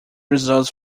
results